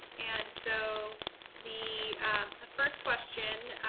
and so the the first question,